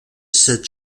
cette